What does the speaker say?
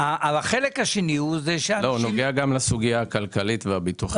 הוא נוגע גם לסוגיה הכלכלית והביטוחית.